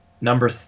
number